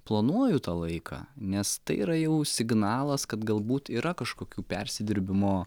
planuoju tą laiką nes tai yra jau signalas kad galbūt yra kažkokių persidirbimo